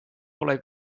pole